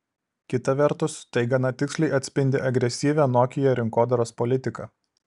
kita vertus tai gana tiksliai atspindi agresyvią nokia rinkodaros politiką